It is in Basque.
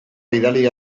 bidali